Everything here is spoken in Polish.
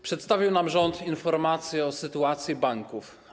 Przedstawił nam rząd informację o sytuacji banków.